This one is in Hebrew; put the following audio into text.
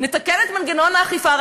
נתקן את מנגנון האכיפה,